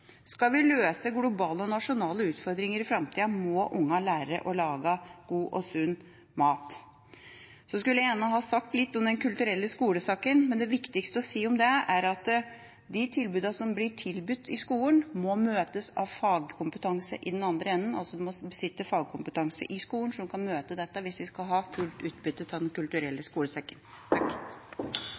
Skal vi løse globale og nasjonale utfordringer i framtida, må ungene lære å lage god og sunn mat. Så skulle jeg gjerne ha sagt litt om Den kulturelle skolesekken, men det viktigste å si om det, er at de tilbudene som blir gitt i skolen, må møtes av fagkompetanse i den andre enden. Det må altså sitte fagkompetanse i skolen som kan møte dette, hvis vi skal ha fullt utbytte av Den kulturelle skolesekken.